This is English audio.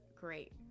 great